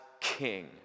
king